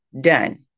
done